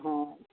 ହଁ